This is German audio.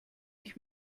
ich